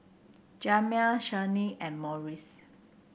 Jamal Shianne and Morris